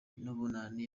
n’ubunani